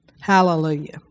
Hallelujah